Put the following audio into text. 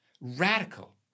Radical